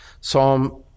Psalm